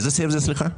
איזה סעיף זה, סליחה?